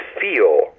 feel